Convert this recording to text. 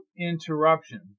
interruption